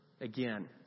again